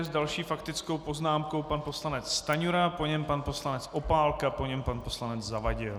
S další faktickou poznámkou pan poslanec Stanjura, po něm pan poslanec Opálka, po něm pan poslanec Zavadil.